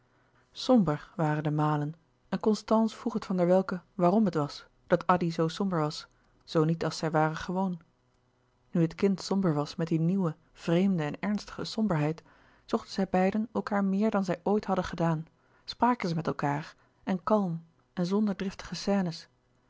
somber waren de malen en constance vroeg het van der welcke waarom het was dat addy zoo somber was zoo niet als zij waren gewoon nu het kind somber was met die nieuwe vreemde en ernstige somberheid zochten zij beiden elkaâr meer dan zij ooit hadden gedaan spraken zij met elkaâr en kalm en zonder driftige scènes